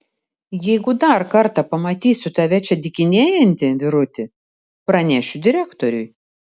jeigu dar kartą pamatysiu tave čia dykinėjantį vyruti pranešiu direktoriui